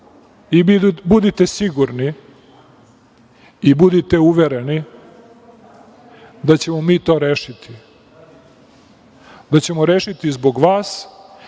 Budite sigurni i budite uvereni da ćemo mi to rešiti, da ćemo rešiti zbog vas